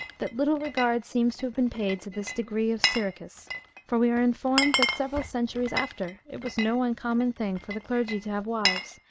that little regard seems to have been paid to this decree of syricus for we are informed, that several centuries after, it was no uncommon thing for the clergy to have wives,